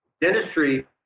dentistry